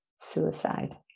suicide